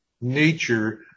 nature